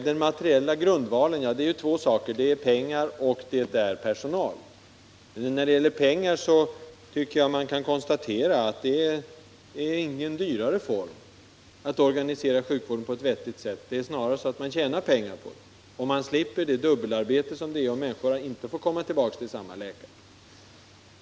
Den materiella grundvalen består av två saker: pengar och personal. När det gäller pengar kan man konstatera att det inte är dyrare att organisera sjukvården på ett vettigt sätt — det är snarare så att man tjänar pengar på det. Man slipper det dubbelarbete som uppkommer genom att människor inte får komma tillbaka till samma läkare.